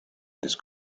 this